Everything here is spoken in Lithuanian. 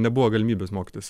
nebuvo galimybės mokytis